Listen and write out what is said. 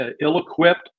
ill-equipped